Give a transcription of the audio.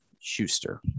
schuster